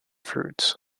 fruits